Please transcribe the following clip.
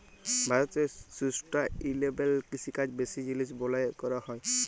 ভারতে সুস্টাইলেবেল কিষিকাজ বেশি জিলিস বালাঁয় ক্যরা হ্যয়